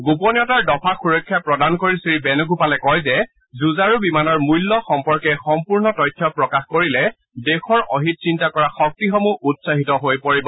গোপনীয়তাৰ দফাক সুৰক্ষা প্ৰদান কৰি শ্ৰী বেণুগোপালে কয় যে যুঁজাৰু বিমানৰ মূল্য সম্পৰ্কে সম্পূৰ্ণ তথ্য প্ৰকাশ কৰিলে দেশৰ অহিত চিন্তা কৰা শক্তিসমূহ উৎসাহিত হৈ পৰিব